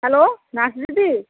hello nurse দিদি